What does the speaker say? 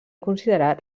considerat